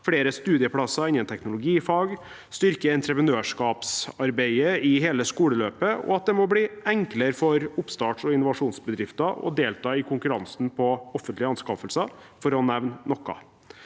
flere studieplasser innen teknologifag, styrke entreprenørskapsarbeidet i hele skoleløpet, og at det må bli enklere for oppstarts- og innovasjonsbedrifter å delta i konkurransen på offentlige anskaffelser – for å nevne noe.